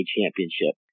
Championship